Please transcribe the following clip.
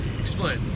Explain